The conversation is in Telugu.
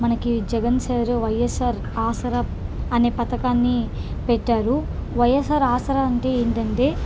మనకి జగన్ సార్ వైఎస్ఆర్ ఆసరా అనే పథకాన్ని పెట్టారు వైఎస్ఆర్ ఆసరా అంటే ఏంటంటే